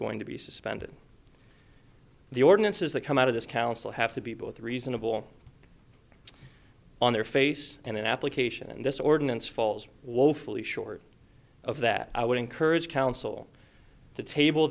going to be suspended the ordinances that come out of this council have to be both reasonable on their face and in application and this ordinance falls woefully short of that i would encourage counsel to table